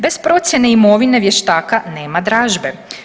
Bez procjene imovine vještaka nema dražbe.